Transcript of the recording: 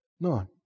None